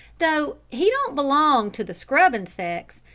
though he don't belong to the scrubbin' sex,